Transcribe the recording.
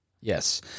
Yes